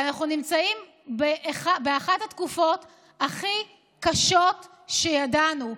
ואנחנו נמצאים באחת התקופות הכי קשות שידענו,